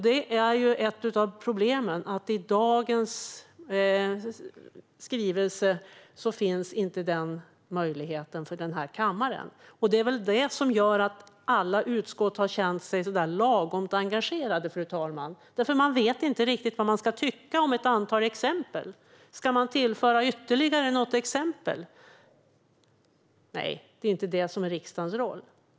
Ett av problemen är att någon sådan möjlighet för kammaren inte finns med dagens skrivelse. Det är väl detta som gör att alla utskott känt sig bara lite lagom engagerade: Man vet ju inte riktigt vad man ska tycka om ett antal exempel. Ska man tillföra ytterligare något? Nej, det är ju inte det som är riksdagens roll.